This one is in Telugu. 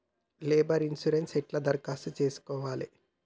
లేబర్ ఇన్సూరెన్సు ఎట్ల దరఖాస్తు చేసుకోవాలే?